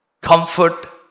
Comfort